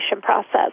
process